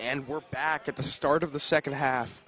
and we're back at the start of the second half